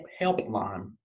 helpline